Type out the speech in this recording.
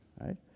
right